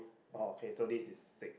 oh okay so this is six